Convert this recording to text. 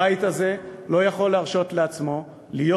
הבית הזה לא יכול להרשות לעצמו להיות